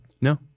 No